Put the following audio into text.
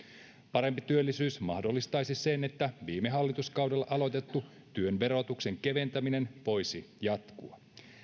parempi työllisyys mahdollistaisi sen että viime hallituskaudella aloitettu työn verotuksen keventäminen voisi jatkua